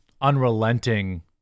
unrelenting